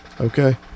Okay